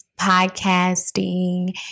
podcasting